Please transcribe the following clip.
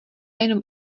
jenom